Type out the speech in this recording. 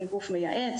אני גוף מייעץ,